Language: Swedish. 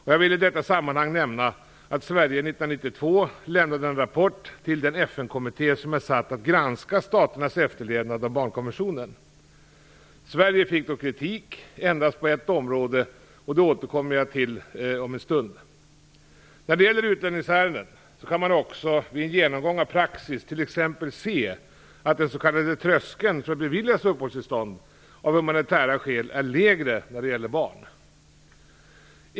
Jag vill i detta sammanhang nämna att Sverige 1992 lämnade en rapport till den FN kommitté som är satt att granska staternas efterlevnad av barnkonventionen. Sverige fick då kritik endast på ett område, och det återkommer jag till om en stund. När det gäller utlänningsärenden kan man också vid en genomgång av praxis t.ex. se att den s.k. tröskeln för att beviljas uppehållstillstånd av humanitära skäl är lägre när det gäller barn.